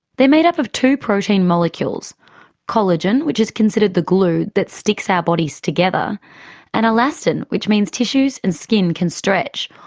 made up of two protein molecules collagen, which is considered the glue that sticks our bodies together and elastin, which means tissues and skin can stretch,